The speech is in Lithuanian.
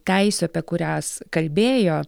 teisių apie kurias kalbėjo